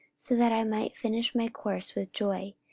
so that i might finish my course with joy,